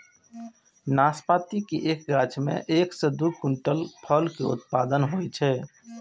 नाशपाती के एक गाछ मे एक सं दू क्विंटल फल के उत्पादन होइ छै